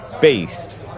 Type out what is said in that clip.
Based